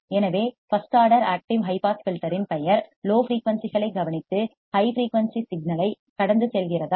எனவே first order active high pass filter இன் பெயர் லோ ஃபிரீயூன்சிகளைக் கவனித்து ஹை ஃபிரீயூன்சி சிக்னல் ஐ கடந்து செல்கிறதா